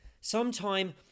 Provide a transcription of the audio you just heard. Sometime